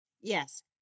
Yes